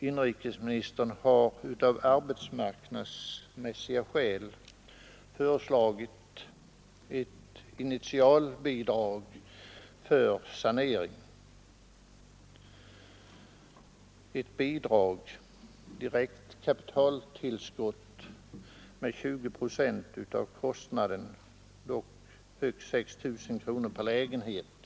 Inrikesministern har av arbetsmarknadsmässiga skäl föreslagit ett initialbidrag för sanering. Det utgöres av ett direkt kapitaltillskott med 20 procent av kostnaden, dock högst 6 000 kronor per lägenhet.